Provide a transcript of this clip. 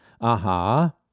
aha